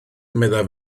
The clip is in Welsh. meddai